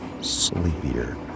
sleepier